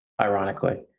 ironically